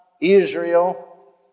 Israel